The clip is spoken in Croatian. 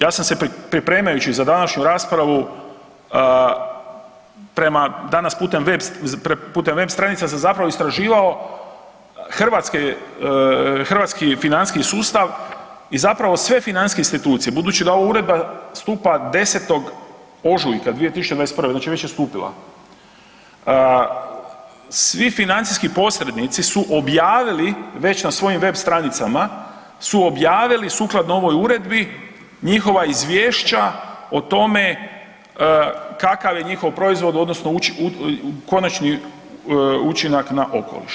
Ja sam se pripremajući za današnju raspravu prema danas, putem web stranica sam zapravo istraživao hrvatski financijski sustav i zapravo sve financijske institucije, budući da ova Uredba stupa 10. ožujka 2021., znači već je stupila, svi financijski posrednici su objavili već na svojim web stranicama, su objavili, sukladno ovoj Uredbi njihova izvješća o tome kakav je njihov proizvod odnosno konačni učinak na okoliš.